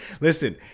Listen